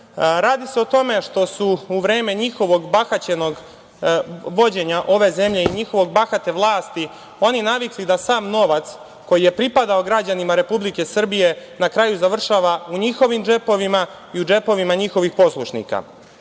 Radi se o tome što su u vreme njihovog bahaćenog vođenja ove zemlje i njihove bahate vlasti oni navikli da sav novac koji je pripadao građanima Republike Srbije na kraju završava u njihovim džepovima i u džepovima njihovih poslušnika. Još